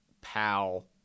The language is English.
pal-